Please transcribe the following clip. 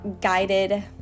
guided